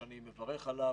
שאני מברך עליו,